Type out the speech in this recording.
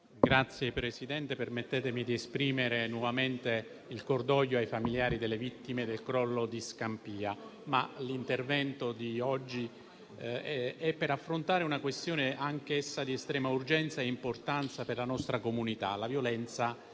Signor Presidente, permettetemi di esprimere nuovamente il cordoglio ai familiari delle vittime del crollo di Scampia. L'intervento di oggi è volto ad affrontare una questione anch'essa di estrema urgenza e importanza per la nostra comunità: la violenza